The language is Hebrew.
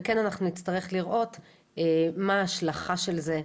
וכן אנחנו נצטרך לראות מה ההשלכה של זה.